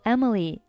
Emily